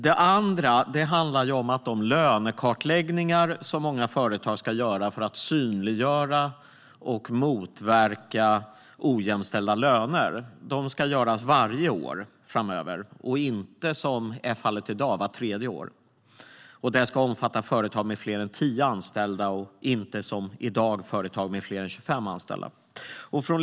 Den andra delen handlar om att de lönekartläggningar som många företag ska göra för att synliggöra och motverka ojämställda löner ska göras varje år framöver, inte vart tredje år som det är i dag. Och det ska omfatta företag med fler än 10 anställda, inte företag med fler än 25 anställda, som det är i dag.